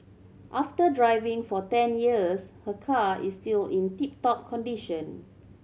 after driving for ten years her car is still in tip top condition